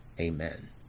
amen